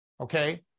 Okay